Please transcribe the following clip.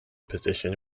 position